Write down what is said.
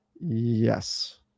Yes